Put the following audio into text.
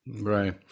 Right